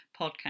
podcast